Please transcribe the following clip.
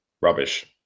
Rubbish